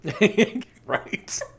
Right